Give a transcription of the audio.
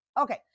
Okay